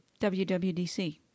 wwdc